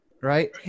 right